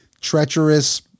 treacherous